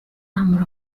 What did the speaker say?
numbers